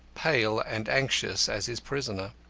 pale and anxious as his prisoner.